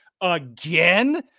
again